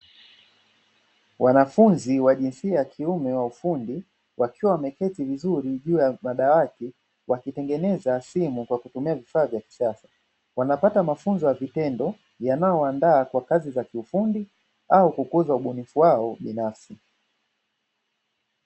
Wanafunzi wa jinsia ya kiume wa ufundi wakiwa wameketi vizuri juu ya madawati wakitengeneza simu kwa kutumia vifaa vya kisasa, wanapata mafunzo ya vitendo yanayowaandaa kwa kazi za kiufundi au kukuza ubunifu wao binafsi.